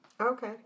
Okay